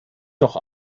doch